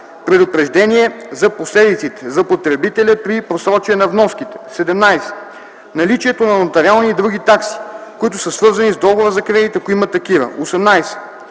предупреждение за последиците за потребителя при просрочие на вноските; 17. наличието на нотариални и други такси, които са свързани с договора за кредит, ако има такива; 18.